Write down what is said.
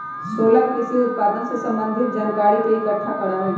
सोहेल कृषि उत्पादन से संबंधित जानकारी के इकट्ठा करा हई